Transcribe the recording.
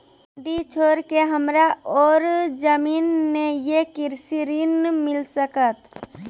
डीह छोर के हमरा और जमीन ने ये कृषि ऋण मिल सकत?